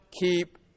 keep